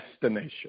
destination